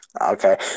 Okay